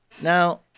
Now